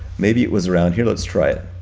maybe it was around here, let's try it.